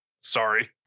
Sorry